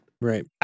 Right